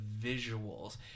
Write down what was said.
visuals